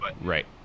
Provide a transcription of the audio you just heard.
Right